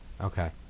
Okay